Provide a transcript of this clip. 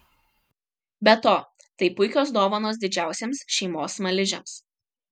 be to tai puikios dovanos didžiausiems šeimos smaližiams